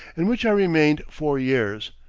in which i remained four years,